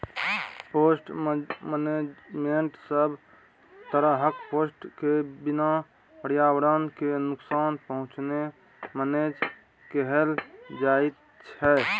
pest मेनेजमेन्टमे सब तरहक पेस्ट केँ बिना पर्यावरण केँ नुकसान पहुँचेने मेनेज कएल जाइत छै